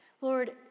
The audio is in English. Lord